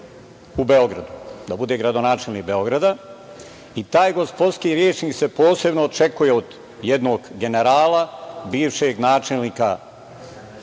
u Beogradu, da bude gradonačelnik Beograda. Taj gospodski rečnik se posebno očekuje od jednog generala, bivšeg načelnika